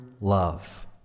love